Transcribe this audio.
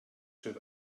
sit